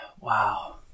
Wow